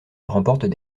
remportent